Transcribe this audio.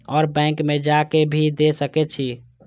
और बैंक में जा के भी दे सके छी?